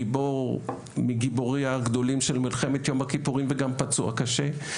גיבור מגיבורי הגדולים של מלחמת יום הכיפורים וגם פצוע קשה,